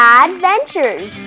adventures